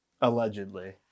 allegedly